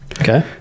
okay